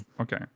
Okay